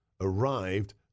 arrived